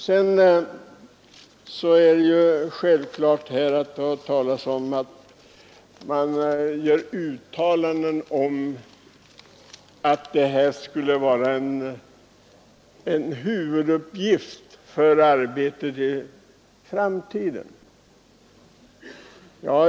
Man gör uttalanden om att riksdagsmannauppdraget skulle vara en huvuduppgift i framtiden.